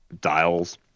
dials